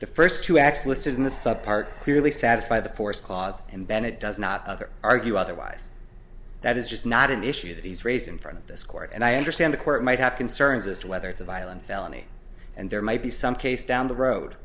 the first two acts listed in the sub part clearly satisfy the forest clause and then it does not other argue otherwise that is just not an issue that is raised in front of this court and i understand the court might have concerns as to whether it's a violent felony and there might be some case down the road